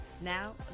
Now